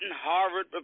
Harvard